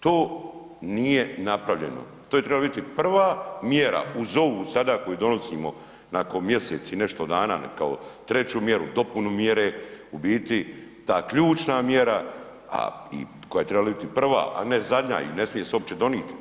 To nije napravljeno, to je trebala biti prva mjera uz ovu sada koju donosimo nakon mjesec i nešto dana, kao treću mjeru, dopunu mjere, u biti, ta ključna mjera koja je trebala biti prva, a ne zadnja i ne smije se uopće donijeti.